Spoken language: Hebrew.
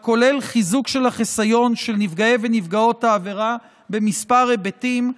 הכולל חיזוק של החיסיון של נפגעי ונפגעות העבירה בכמה היבטים,